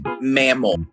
mammal